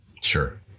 Sure